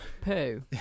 Poo